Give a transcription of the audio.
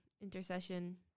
intercession